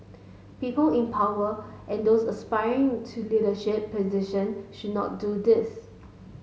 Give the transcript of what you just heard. people in power and those aspiring to leadership position should not do this